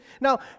Now